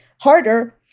harder